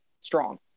strong